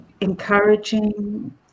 encouraging